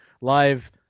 live –